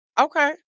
Okay